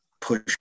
push